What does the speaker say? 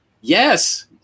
Yes